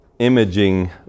imaging